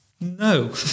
No